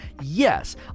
Yes